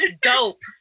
Dope